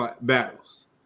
battles